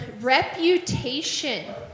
reputation